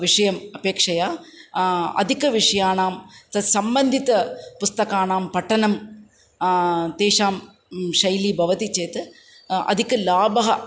विषयम् अपेक्षया अधिकविषयाणां तत्सम्बन्धितानां पुस्तकानां पठनं तेषां शैली भवति चेत् अधिकः लाभः